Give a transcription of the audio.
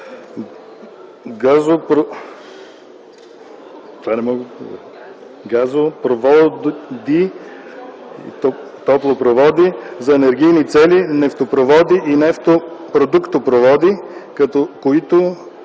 топлопроводи, водопроводи за енергийни цели, нефтопроводи и нефто-продуктопроводи като